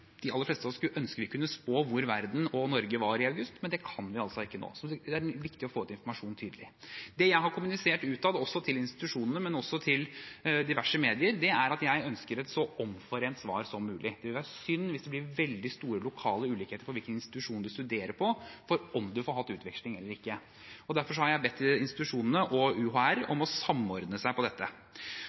de aller fleste av oss skulle ønske vi kunne spå hvor verden og Norge er i august, men det kan vi altså ikke nå. Som sagt er det viktig å få ut informasjon tidlig. Det jeg har kommunisert utad til institusjonene, men også til diverse medier, er at jeg ønsker et så omforent svar som mulig. Det ville være synd hvis det blir veldig store lokale ulikheter på hvilken institusjon man studerer på, for om man får ha utveksling eller ikke. Derfor har jeg bedt institusjonene og UHR om å samordne seg på dette.